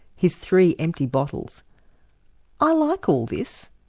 his three empty bottles i like all this.